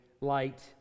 light